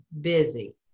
busy